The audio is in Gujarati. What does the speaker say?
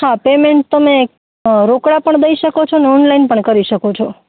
હા પેમેન્ટ તમે રોકડા પણ દઈ સકો છો ને ઓનલાઈન પણ કરી સકો છો